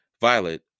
Violet